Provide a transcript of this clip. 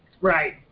Right